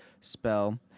spell